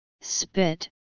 spit